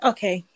Okay